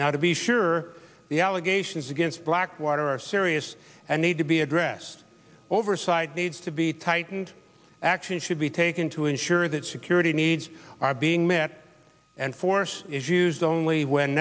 now to be sure the allegations against blackwater are serious and need to be addressed oversight needs to be tightened action should be taken to ensure that security needs are being met and force is used only when